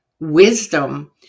wisdom